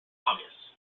obvious